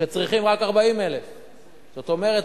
כשצריכים רק 40,000. זאת אומרת,